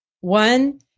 One